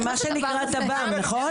זה מה שנקרא תב”מ, נכון?